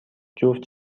جفت